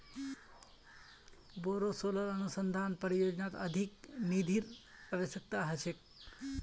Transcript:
बोरो सोलर अनुसंधान परियोजनात अधिक निधिर अवश्यकता ह छेक